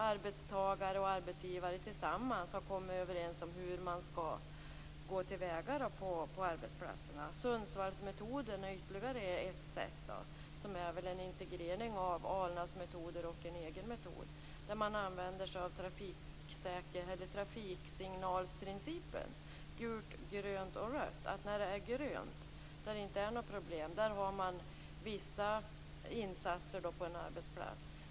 Arbetstagare och arbetsgivare har tillsammans kommit överens om tillvägagångssätt på arbetsplatserna. Sundsvallsmetoden är en integrering av ALNA:s metoder och en egenmetod. Man använder sig av principen om trafiksignaler - grönt, gult och rött. Vid grönt finns det inga problem. Vissa insatser görs på en arbetsplats.